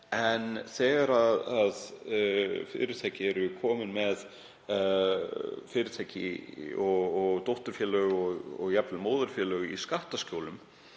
en þegar fyrirtæki eru komin með fyrirtæki og dótturfélög og jafnvel móðurfélög í skattaskjólum